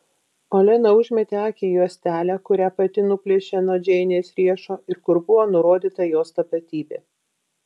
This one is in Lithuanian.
olena užmetė akį į juostelę kurią pati nuplėšė nuo džeinės riešo ir kur buvo nurodyta jos tapatybė